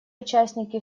участники